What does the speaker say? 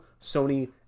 Sony